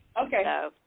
Okay